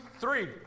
three